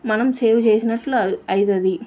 మనం సేవ్ చేసినట్లు అవ్ అవుతుంది